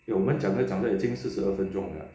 eh 我们讲着讲着已经四十二分钟了